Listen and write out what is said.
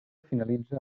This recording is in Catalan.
finalitza